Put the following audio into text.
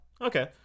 Okay